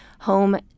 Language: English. home